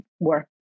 work